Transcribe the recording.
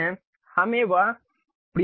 हमें वह प्रयोग करना चाहिए